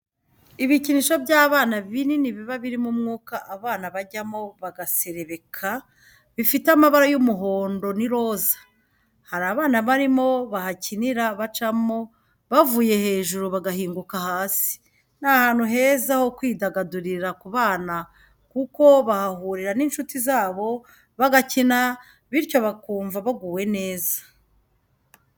Ibikinisho by'abana binini biba birimo umwuka abana bajyamo bagaserebeka, bifite amabara y'umuhondo n'iroza. Hari abana barimo bahakinira bacamo bavuye hejuru bagahinguka hasi. Ni ahantu heza ho kwidagadurira ku bana kuko bahahurira n'inshuti zabo bagakina bityo bakumva baguwe neza.